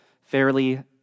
fairly